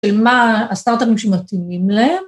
ומה הסטארטרים שמתאימים להם.